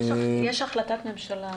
יש החלטת ממשלה.